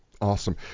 Awesome